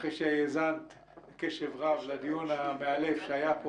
אחרי שהאזנת בקשב רב לדיון המאלף שהיה פה